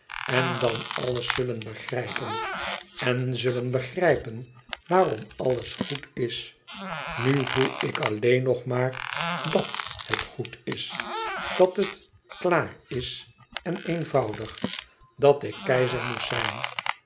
en dan alles zullen begrijpen en zullen begrijpen waarom alles goed is nu voel ik alleen nog maar dàt het goed is dat het klaar is en eenvoudig dat ik keizer moest zijn